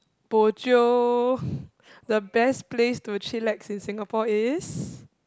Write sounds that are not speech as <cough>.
bo jio <breath> the best place to chillax in Singapore is